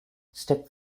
step